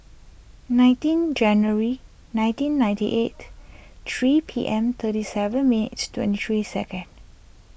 nineteen January nineteen ninety eight three P M thirty seven minutes twenty three second